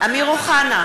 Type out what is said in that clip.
אמיר אוחנה,